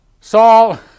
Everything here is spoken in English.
Saul